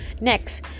Next